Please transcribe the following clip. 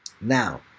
Now